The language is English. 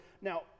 now